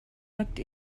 looked